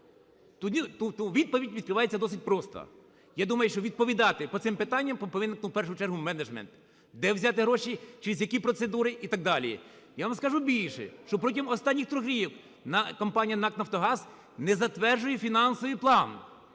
То відповідь відкривається досить просто. Я думаю, що відповідати по цим питанням повинен в першу чергу менеджмент: де взяти гроші, через які процедури і так далі. Я вам скажу більше, що протягом останніх трьох років компанія НАК "Нафтогаз" не затверджує фінансовий план,